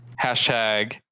hashtag